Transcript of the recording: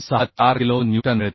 64 kilo newton मिळते